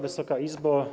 Wysoka Izbo!